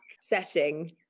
setting